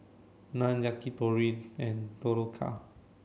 Naan Yakitori and Dhokla